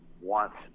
wants